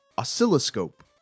oscilloscope